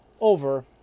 over